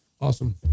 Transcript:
awesome